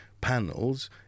panels